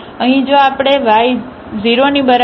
તેથી અહીં જો આપણે y 0 ની બરાબર ગણીએ